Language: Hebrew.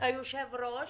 היושב ראש,